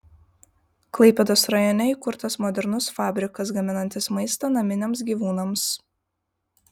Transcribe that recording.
klaipėdos rajone įkurtas modernus fabrikas gaminantis maistą naminiams gyvūnams